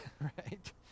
right